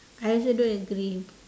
I also don't agree